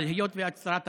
אבל היות שאת שרת החינוך,